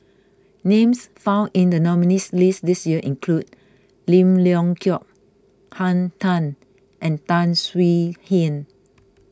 names found in the nominees' list this year include Lim Leong Geok Henn Tan and Tan Swie Hian